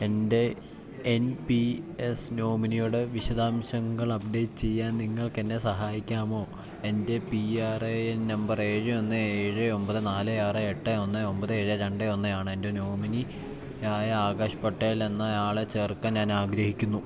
എൻ്റെ N P S നോമിനിയുടെ വിശദാംശങ്ങൾ അപ്ഡേറ്റ് ചെയ്യാൻ നിങ്ങൾക്കെന്നെ സഹായിക്കാമോ എൻ്റെ P R A N number ഏഴ് ഒന്ന് ഏഴ് ഒമ്പത് നാല് ആറ് എട്ട് ഒന്ന് ഒന്പത് ഏഴ് രണ്ട് ഒന്ന് ആണ് എൻ്റെ നോമിനി ആയി ആകാശ് പട്ടേൽ എന്നയാളെ ചേർക്കാൻ ഞാൻ ആഗ്രഹിക്കുന്നു